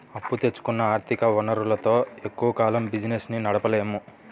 అప్పు తెచ్చుకున్న ఆర్ధిక వనరులతో ఎక్కువ కాలం బిజినెస్ ని నడపలేము